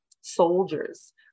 soldiers